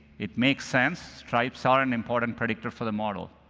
it makes sense. stripes are an important predictor for the model.